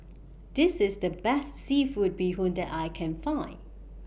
This IS The Best Seafood Bee Hoon that I Can Find